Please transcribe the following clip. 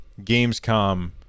Gamescom